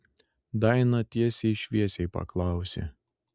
daina tiesiai šviesiai paklausė